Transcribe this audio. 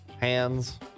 Hands